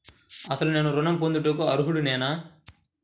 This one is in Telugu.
అసలు నేను ఋణం పొందుటకు అర్హుడనేన?